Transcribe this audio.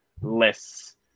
less